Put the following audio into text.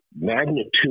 magnitude